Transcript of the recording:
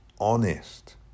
honest